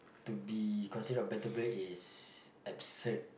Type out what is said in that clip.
to be considered a better player is absurd